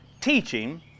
teaching